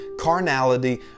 carnality